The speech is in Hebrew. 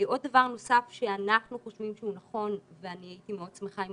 עוד דבר נוסף שאנחנו חושבים שהוא נכון והייתי מאוד שמחה אם